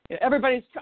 Everybody's